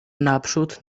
naprzód